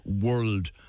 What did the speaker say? world